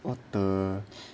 what the